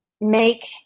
make